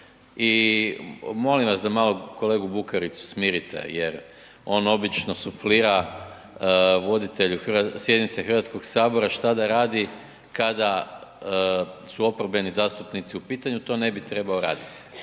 i molim vas da malo kolegu Bukaricu smirite jer on obično suflira voditelju sjednice Hrvatskog sabora šta da radi kada su oporbeni zastupnici u pitanju a to ne bi trebao raditi.